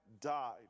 died